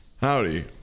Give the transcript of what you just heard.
Howdy